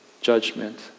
judgment